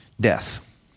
death